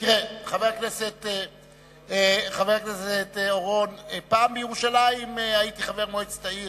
תראה, חבר הכנסת אורון, פעם הייתי חבר מועצת העיר